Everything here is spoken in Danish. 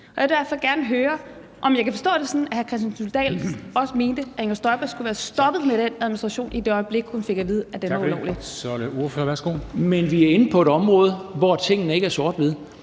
jeg vil derfor gerne høre, om jeg skal forstå det sådan, at hr. Kristian Thulesen Dahl også mener, at Inger Støjberg skulle være stoppet med den administration, i det øjeblik hun fik at vide, at den var ulovlig. Kl. 14:42 Formanden (Henrik Dam Kristensen): Tak for det.